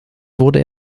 wurde